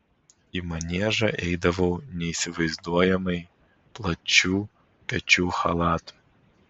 į maniežą eidavau neįsivaizduojamai plačių pečių chalatu